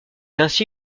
ainsi